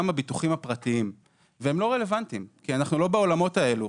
הביטוחים הפרטיים והם לא רלוונטיים כי אנחנו לא בעולמות האלה.